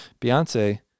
Beyonce